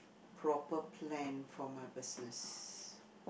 proper plan for my business